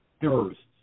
Terrorists